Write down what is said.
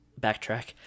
Backtrack